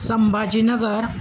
Sambhajinagar